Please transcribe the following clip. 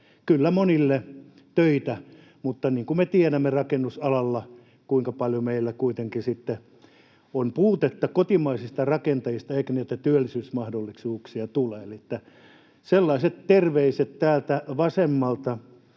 kyllä monille töitä, mutta niin kuin me tiedämme: Rakennusalalla meillä kuitenkin sitten on paljon puutetta kotimaisista rakentajista eikä niitä työllisyysmahdollisuuksia tule. Eli sellaiset terveiset täältä vasemmalta